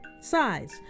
size